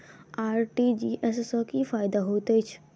RTGS सँ की फायदा होइत अछि?